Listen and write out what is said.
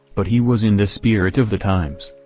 but he was in the spirit of the times.